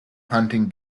hunting